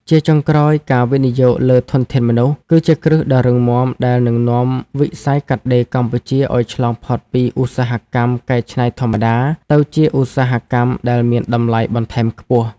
ជាចុងក្រោយ ការវិនិយោគលើធនធានមនុស្ស គឺជាគ្រឹះដ៏រឹងមាំដែលនឹងនាំវិស័យកាត់ដេរកម្ពុជាឱ្យឆ្លងផុតពីឧស្សាហកម្មកែច្នៃធម្មតា ទៅជាឧស្សាហកម្មដែលមានតម្លៃបន្ថែមខ្ពស់។